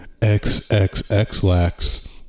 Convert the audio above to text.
XXXLax